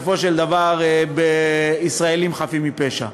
בסופו של דבר, בישראלים חפים מפשע.